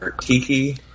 Kiki